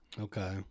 Okay